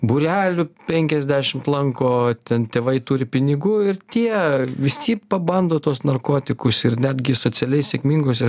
būrelių penkiasdešimt lanko ten tėvai turi pinigų ir tie visi pabando tuos narkotikus ir netgi socialiai sėkmingose